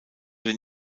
den